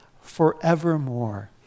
forevermore